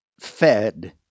fed